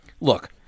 Look